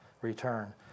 return